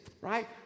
right